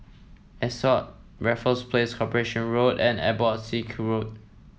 Ascott Raffles Place Corporation Road and Abbotsingh Road